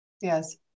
Yes